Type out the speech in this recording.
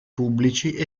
pubblici